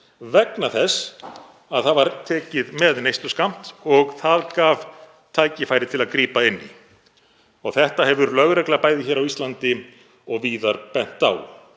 vegna þess að það var tekið með neysluskammt og það gaf tækifæri til að grípa inn í. Á þetta hefur lögreglan, bæði hér á Íslandi og víðar, bent, á